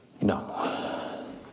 No